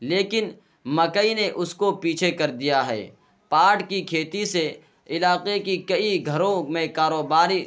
لیکن مکئی نے اس کو پیچھے کر دیا ہے پاٹ کی کھیتی سے علاقے کی کئی گھروں میں کاروباری